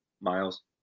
miles